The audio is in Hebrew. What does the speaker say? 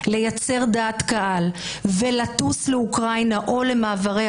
לייצר דעת קהל ולטוס לאוקראינה או למעברי